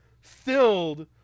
filled